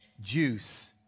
juice